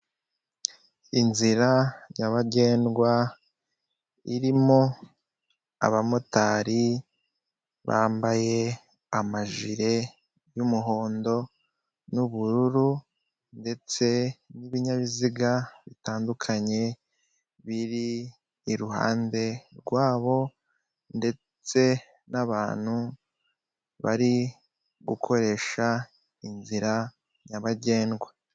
Inzira nyabagendwa irimo abamotari bambaye amajire y'umuhondo n'ubururu, ndetse n'ibinyabiziga bitandukanye biri iruhande rwabo ndetse n'abantu bari gukoresha inzira nyabagendwa.